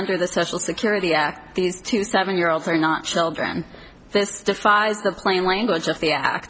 under the social security act these two seven year olds are not children this defies the plain language of th